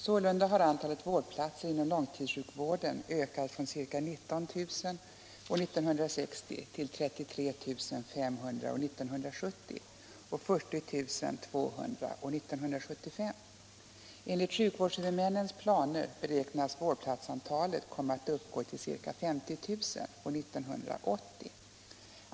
Sålunda har antalet vårdplatser inom långtidssjukvården ökat från ca 19 000 år 1960 till 33 500 år 1970 och 40 200 år 1975. Enligt sjukvårdshuvudmännens planer beräknas vårdplatsantalet komma att uppgå till ca 50 000 år 1980.